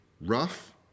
rough